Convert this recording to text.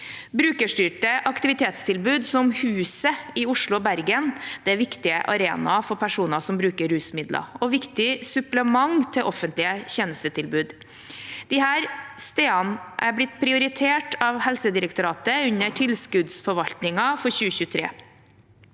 Brukerstyrte aktivitetstilbud som «Huset» i Oslo og Bergen er viktige arenaer for personer som bruker rusmidler, og viktige supplement til offentlige tjenestetilbud. Disse stedene er blitt prioritert av Helsedirektoratet under tilskuddsforvaltningen for 2023.